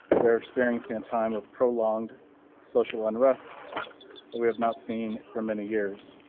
we are experiencing a time of prolonged social unrest, but we have not seen for many years.